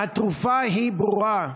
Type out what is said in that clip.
והתרופה היא ברורה: